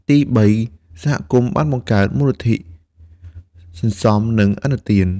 ទីបី សហគមន៍បានបង្កើត មូលនិធិសន្សំ និងឥណទាន។